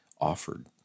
offered